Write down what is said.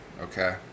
Okay